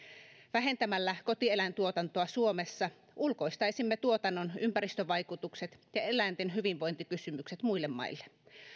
vähentämällä kotieläintuotantoa suomessa ulkoistaisimme tuotannon ympäristövaikutukset ja eläinten hyvinvointikysymykset muille maille